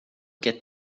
get